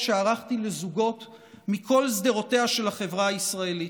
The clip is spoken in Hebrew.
שערכתי לזוגות מכל שדרותיה של החברה הישראלית,